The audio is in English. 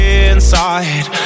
inside